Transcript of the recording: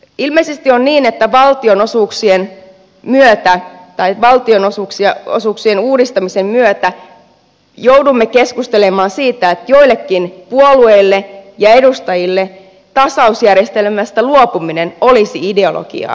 ilmeisesti on niin että valtionosuuksien uudistamisen myötä joudumme keskustelemaan siitä että joillekin puolueille ja edustajille tasausjärjestelmästä luopuminen olisi ideologiaa